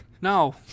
No